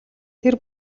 тэр